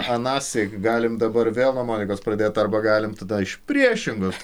anąsyk galim dabar vėl nuo monikos pradėt arba galim tada iš priešingos